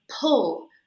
pull